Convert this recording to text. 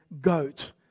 goat